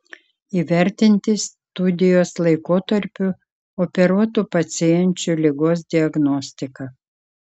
įvertinti studijos laikotarpiu operuotų pacienčių ligos diagnostiką